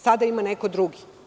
Sada ima neko drugi.